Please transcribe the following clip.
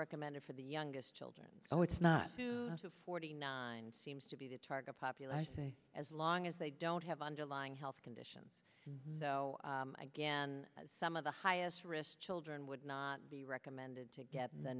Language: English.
recommended for the youngest children oh it's not due to forty nine seems to be the target popular say as long as they don't have underlying health conditions though again some of the highest risk children would not be recommended to get the